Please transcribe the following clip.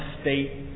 state